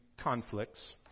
conflicts